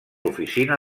oficina